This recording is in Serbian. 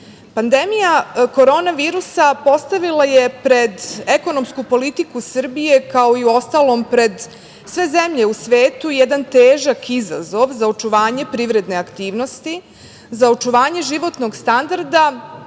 19.Pandemija koronavirusa postavila pred ekonomsku politiku Srbije kao i uostalom pred sve zemlje u svetu jedan težak izazov za očuvanje privredne aktivnosti, za očuvanje životnog standarda,